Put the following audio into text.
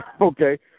Okay